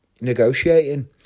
negotiating